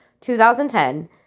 2010